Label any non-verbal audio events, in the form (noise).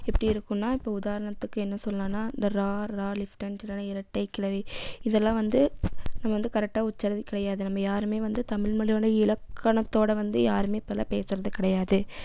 எப்படி இருக்குனால் இப்போ உதாரணத்துக்கு என்ன சொல்லாம்னா இந்த ர ற (unintelligible) என்கிறலாம் இரட்டைக்கிளவி இதெல்லாம் வந்து நம்மவந்து கரெட்டாக உச்சரது கிடையாது நம்ம யாருமே வந்து தமிழ்மொழியோட இலக்கணத்தோடு வந்து யாருமே இப்பெலாம் பேசுவது கிடையாது